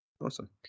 Awesome